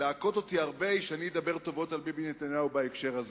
להכות אותי הרבה כדי שאני אדבר טובות על ביבי נתניהו בהקשר הזה.